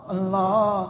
Allah